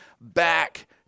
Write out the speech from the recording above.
back